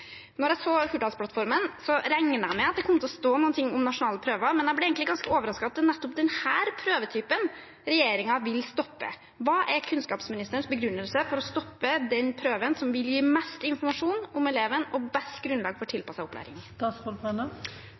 jeg så Hurdalsplattformen, regnet jeg med at det kom til å stå noe om nasjonale prøver, men jeg ble egentlig ganske overrasket over at det er nettopp denne prøvetypen regjeringen vil stoppe. Hva er kunnskapsministerens begrunnelse for å stoppe den prøven som vil gi mest informasjon om eleven og best grunnlag for tilpasset opplæring?